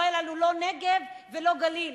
לא היה לנו לא נגב ולא גליל,